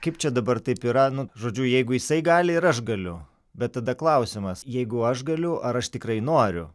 kaip čia dabar taip yra nu žodžiu jeigu jisai gali ir aš galiu bet tada klausimas jeigu aš galiu ar aš tikrai noriu